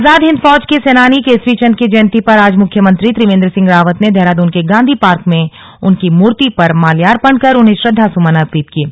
आजाद हिन्द फौज के सेनानी केसरी चन्द की जयंती पर आज मुख्यमंत्री त्रियेन्द्र सिंह रावत ने देहरादून के गांधी पार्क में उनकी मूर्ति पर माल्यार्पण कर उन्हें श्रद्वासुमन अर्पित किये